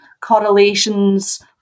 correlations